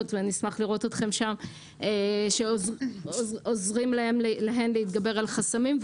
ואני אשמח לראות אתכם שם עוזרים להן להתגבר על חסמים.